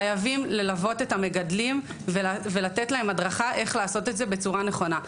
חייבים ללוות את המגדלים ולתת להם הדרכה איך לעשות את זה בצורה נכונה.